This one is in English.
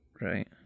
Right